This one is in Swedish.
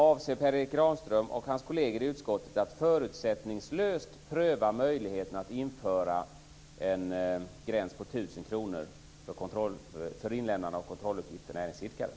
Avser Per Erik Granström och hans kolleger i utskottet att förutsättningslöst pröva möjligheten att införa en gräns på 1 000 kr för inlämnande av kontrolluppgift för näringsidkare?